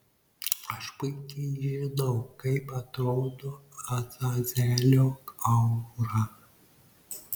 aš puikiai žinau kaip atrodo azazelio aura